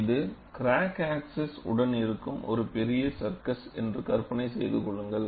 இது crack axis உடன் இருக்கும் ஒரு பெரிய சர்க்கஸ் என்று கற்பனை செய்து கொள்ளுங்கள்